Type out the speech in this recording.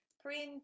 print